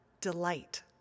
delight